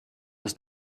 was